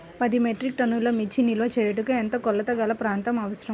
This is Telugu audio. పది మెట్రిక్ టన్నుల మిర్చి నిల్వ చేయుటకు ఎంత కోలతగల ప్రాంతం అవసరం?